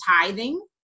tithing